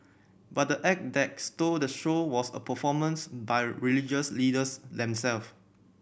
but the act that stole the show was a performance by religious leaders themselves